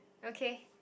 okay